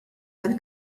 tal